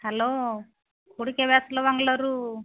hello ଖୁଡ଼ି କେବେ ଆସିଲ ବାଙ୍ଗାଲୋରରୁ